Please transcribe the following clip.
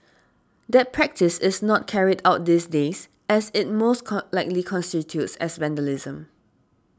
that practice is not carried out these days as it most con likely constitutes as vandalism